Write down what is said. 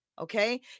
Okay